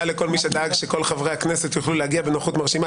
תודה לכל מי שדאג שכל חברי הכנסת יוכלו להגיע בנוכחות מרשימה.